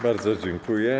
Bardzo dziękuję.